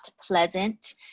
pleasant